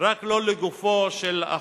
רק לא לגופו של החוק.